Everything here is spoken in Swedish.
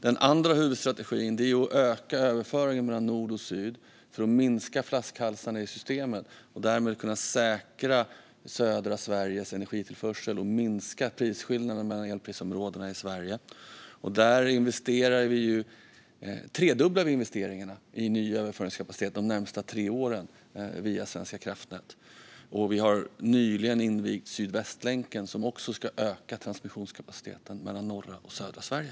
Den andra huvudstrategin är att öka överföringen mellan nord och syd för att minska flaskhalsarna i systemet och därmed kunna säkra södra Sveriges energitillförsel och minska prisskillnaderna mellan elprisområdena i Sverige. Vi tredubblar investeringarna i ny överföringskapacitet de närmaste tre åren via Svenska kraftnät, och vi har nyligen invigt Sydvästlänken som också ska öka transmissionskapaciteten mellan norra och södra Sverige.